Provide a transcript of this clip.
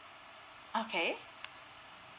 okay